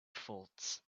faults